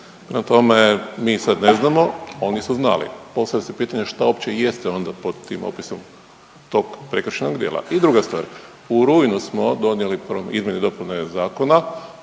tome mi sad ne znamo. Oni su znali. Postavlja se pitanje šta uopće jeste onda pod tim opisom tog prekršajnog djela. I druga stvar, u rujnu smo donijeli izmjenu dopune zakona